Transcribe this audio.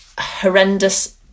horrendous